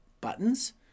buttons